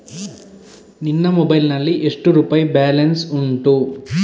ನಿನ್ನ ಮೊಬೈಲ್ ನಲ್ಲಿ ಎಷ್ಟು ರುಪಾಯಿ ಬ್ಯಾಲೆನ್ಸ್ ಉಂಟು?